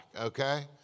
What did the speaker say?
okay